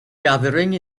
gathering